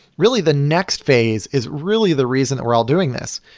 really, the next phase is really the reason that we're all doing this.